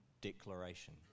declaration